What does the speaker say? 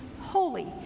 holy